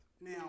now